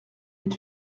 est